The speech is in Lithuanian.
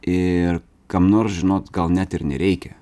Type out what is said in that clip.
ir kam nors žinot gal net ir nereikia